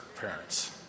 parents